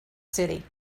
city